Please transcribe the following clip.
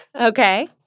Okay